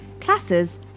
classes